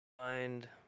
find